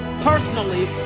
personally